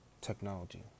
Technology